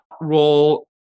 role